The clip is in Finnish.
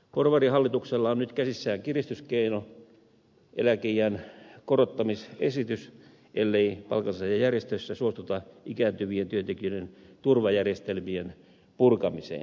porvarihallituksella on nyt käsissään kiristyskeino eläkeiän korottamisesitys ellei palkansaajajärjestöissä suostuta ikääntyvien työntekijöiden turvajärjestelmien purkamiseen